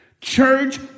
Church